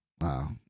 wow